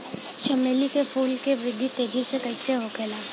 चमेली क फूल क वृद्धि तेजी से कईसे होखेला?